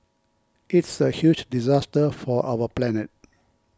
it's a huge disaster for our planet